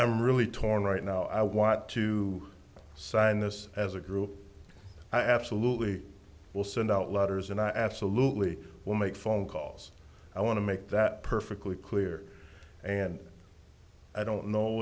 i'm really torn right now i want to sign this as a group i absolutely will send out letters and i absolutely will make phone calls i want to make that perfectly clear and i don't know